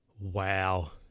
Wow